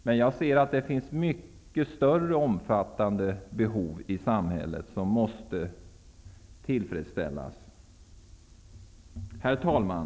Jag anser dock att det finns mycket större och mera omfattande behov i samhället som måste tillgodoses. Herr talman!